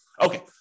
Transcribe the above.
okay